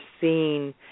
seeing